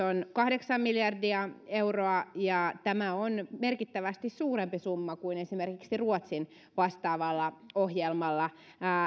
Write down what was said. on kahdeksan miljardia euroa ja tämä on merkittävästi suurempi summa kuin esimerkiksi ruotsin vastaavalla ohjelmalla